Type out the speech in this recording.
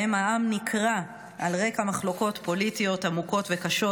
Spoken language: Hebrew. שבהם העם נקרע על רקע מחלוקות פוליטיות עמוקות וקשות,